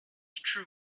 true